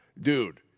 Dude